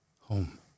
home